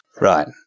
Right